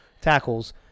tackles